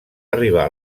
arribar